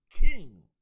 king